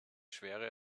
schwere